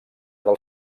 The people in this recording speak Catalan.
del